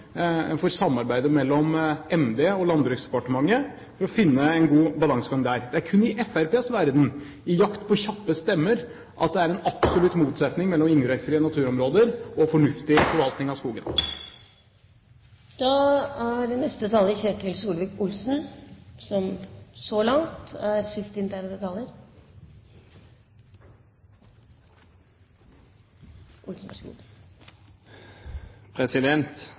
for samarbeidet mellom MD og Landbruksdepartementet for å finne en god balansegang der. Det er kun i Fremskrittspartiets verden i jakt på kjappe stemmer at det er en absolutt motsetning mellom inngrepsfrie naturområder og fornuftig forvaltning av skogen.